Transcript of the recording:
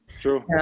true